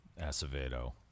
Acevedo